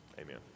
Amen